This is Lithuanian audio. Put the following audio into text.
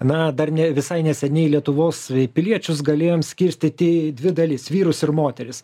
na dar ne visai neseniai lietuvos piliečius galėjom skirstyti į dvi dalis vyrus ir moteris